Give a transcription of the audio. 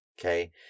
Okay